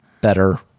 better